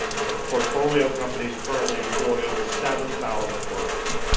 its portfolio companies currently employ over seven thousand workers.